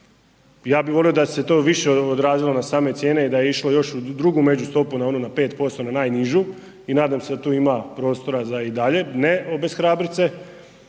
ja bih volio da se to više odrazilo na same cijene i da je išlo još u drugu međustopu na ono na 5% na najnižu i nadam se da tu ima prostora za i dalje ne obeshrabrit